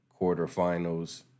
quarterfinals